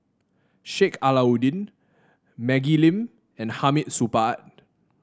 Sheik Alau'ddin Maggie Lim and Hamid Supaat